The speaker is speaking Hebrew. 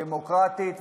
דמוקרטית,